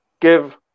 give